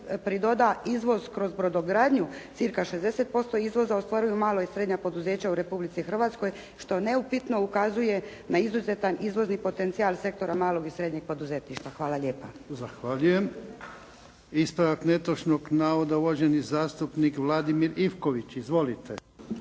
pridoda izvoz kroz brodogradnju. Cca. 60% izvoza ostvaruju mala i srednja u Republici Hrvatskoj što neupitno ukazuje na izuzetan izvozni potencijal sektora malog i srednjeg poduzetništva. Hvala lijepa. **Ivković, Vladimir (HDZ)** Zahvaljujem. Ispravak netočnog navoda, uvaženi zastupnik Vladimir Ivković. Izvolite.